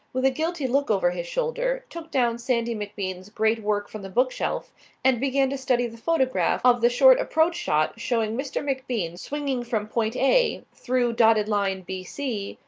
with a guilty look over his shoulder, took down sandy macbean's great work from the bookshelf and began to study the photograph of the short approach-shot showing mr. macbean swinging from point a, through dotted line b c,